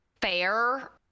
fair